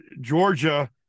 Georgia